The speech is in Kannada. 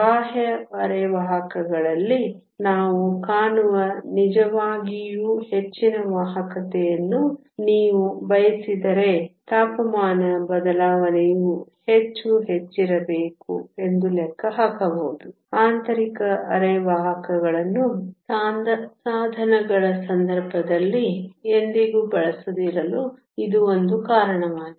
ಬಾಹ್ಯ ಅರೆವಾಹಕಗಳಲ್ಲಿ ನಾವು ಕಾಣುವ ನಿಜವಾಗಿಯೂ ಹೆಚ್ಚಿನ ವಾಹಕತೆಯನ್ನು ನೀವು ಬಯಸಿದರೆ ತಾಪಮಾನ ಬದಲಾವಣೆಯು ಹೆಚ್ಚು ಹೆಚ್ಚಿರಬೇಕು ಎಂದು ಲೆಕ್ಕ ಹಾಕಬಹುದು ಆಂತರಿಕ ಅರೆವಾಹಕಗಳನ್ನು ಸಾಧನಗಳ ಸಂದರ್ಭದಲ್ಲಿ ಎಂದಿಗೂ ಬಳಸದಿರಲು ಇದು ಒಂದು ಕಾರಣವಾಗಿದೆ